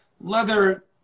leather